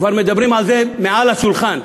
כבר מדברים על זה מעל השולחן.